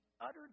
utter